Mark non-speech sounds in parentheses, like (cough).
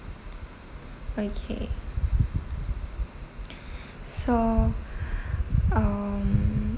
okay (breath) so (breath) um